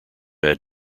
had